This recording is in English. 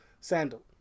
Sandal